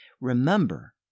Remember